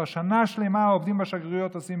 כבר שנה שלמה העובדים בשגרירויות עושים